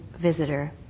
visitor